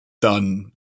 done